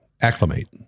acclimate